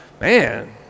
man